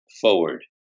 forward